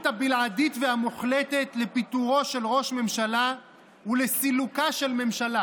הבלעדית והמוחלטת לפיטורו של ראש ממשלה וסילוקה של ממשלה.